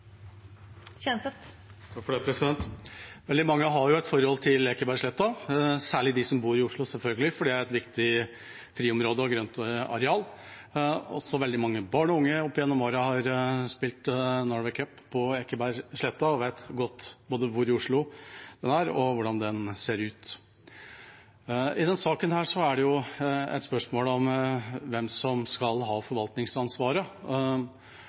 et viktig friområde og grøntareal. Også veldig mange barn og unge har opp gjennom åra spilt Norway Cup på Ekebergsletta og vet godt både hvor i Oslo den er, og hvordan den ser ut. I denne saken er det et spørsmål om hvem som skal ha forvaltningsansvaret,